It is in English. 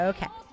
Okay